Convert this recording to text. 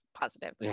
positive